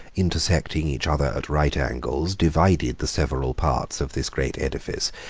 intersecting each other at right angles, divided the several parts of this great edifice,